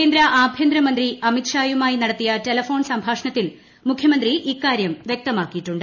കേന്ദ്ര ആഭ്യന്തരമന്ത്രി അമിത്ഷായുമായി നടത്തിയ ടെലിഫോൺ സംഭാഷണത്തിൽ മുഖ്യമന്ത്രി ഇക്കാർട്ടം വ്യക്തമാക്കിയിട്ടുണ്ട്